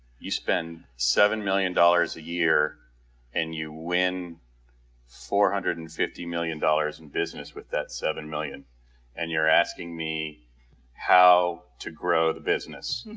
you spend seven million dollars a year and you win four hundred and fifty million dollars in business with that seven million and you're asking me how to grow the business.